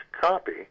copy